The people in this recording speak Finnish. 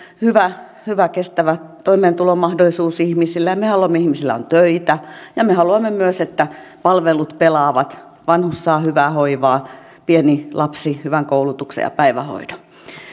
hyvä hyvä kestävä toimeentulon mahdollisuus ihmisillä ja me haluamme että ihmisillä on töitä me haluamme myös että palvelut pelaavat vanhus saa hyvää hoivaa pieni lapsi hyvän koulutuksen ja päivähoidon